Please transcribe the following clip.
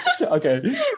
Okay